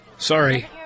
Sorry